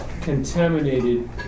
contaminated